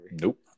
Nope